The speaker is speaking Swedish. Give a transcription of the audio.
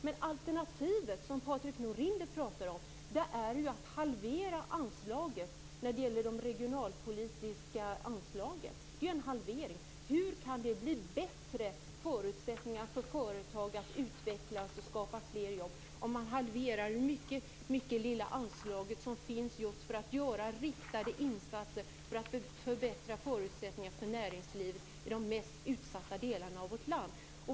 Det alternativ som Patrik Norinder pratar om är att halvera de regionalpolitiska anslagen. Hur kan det bli bättre förutsättningar för företag att utvecklas och att skapa fler jobb om man halverar det mycket lilla anslag som finns just för riktade insatser för att förbättra förutsättningarna för näringslivet i de mest utsatta delarna i vårt land?